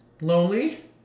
lonely